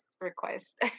request